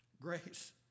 grace